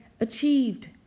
achieved